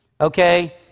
okay